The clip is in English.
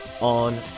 on